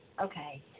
okay